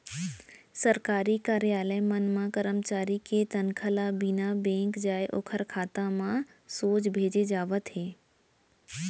सरकारी कारयालय मन म करमचारी के तनखा ल बिना बेंक जाए ओखर खाता म सोझ भेजे जावत हे